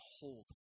hold